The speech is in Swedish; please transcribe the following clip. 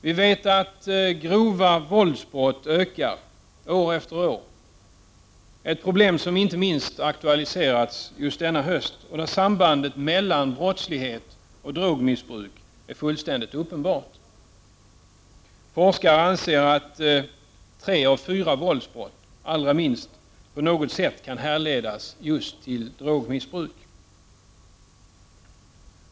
Vi vet att antalet grova våldsbrott ökar år efter år. Det är ett problem som inte minst aktualiserats denna höst, och sambandet mellan brottslighet och drogmissbruk är fullständigt uppenbart. Forskare anser att åtminstone tre av fyra våldsbrott på något sätt kan härledas just till drogmissbruk.